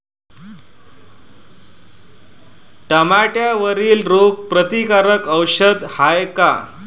टमाट्यावरील रोग प्रतीकारक औषध हाये का?